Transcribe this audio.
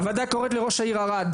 הוועדה קוראת לראש העיר ערד,